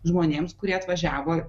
žmonėms kurie atvažiavo